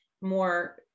more